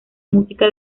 música